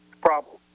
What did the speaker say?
problem